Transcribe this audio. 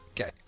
Okay